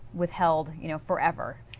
withheld you know forever.